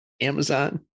amazon